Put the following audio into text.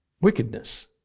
wickedness